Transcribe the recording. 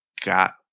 got